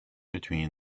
between